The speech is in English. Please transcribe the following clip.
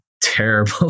terrible